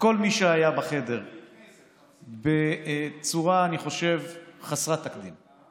בחדר בצורה, אני חושב, חסרת תקדים.